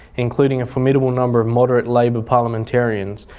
including a formidable number of moderate labour parliamentarians,